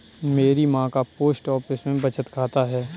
मेरी मां का पोस्ट ऑफिस में बचत खाता है